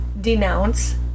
denounce